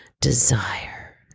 desire